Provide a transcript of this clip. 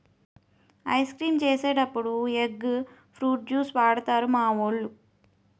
ice creams చేసినప్పుడు egg fruit juice వాడుతారు మావోలు